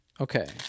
Okay